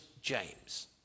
James